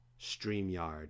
StreamYard